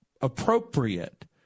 appropriate